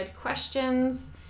questions